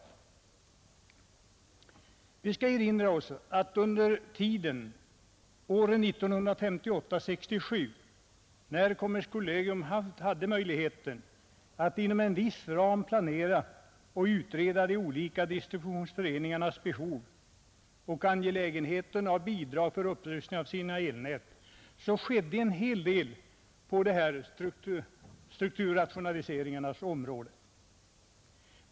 Vi bör erinra oss att under åren 1958-1967, när kommerskollegium hade möjligheten att inom en viss ram planera och utreda de olika distributionsföreningarnas behov och angelägenheten av bidrag för upprustning av deras elnät, skedde en hel del på strukturrationaliseringens område.